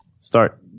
Start